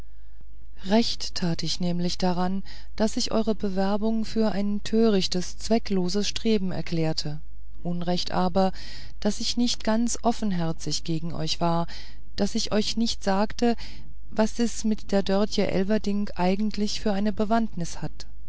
recht tat ich nämlich daran daß ich eure bewerbungen für ein törichtes zweckloses streben erklärte unrecht aber daß ich nicht ganz offenherzig gegen euch war daß ich euch nicht sagte was es mit der dörtje elverdink eigentlich für eine bewandtnis hat